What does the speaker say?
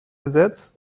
gesetz